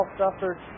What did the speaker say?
suffered